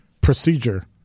procedure